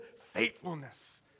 faithfulness